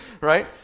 right